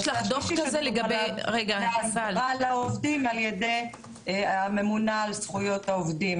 הנושא השלישי הוא --- לעובדים ע"י הממונה על זכויות העובדים.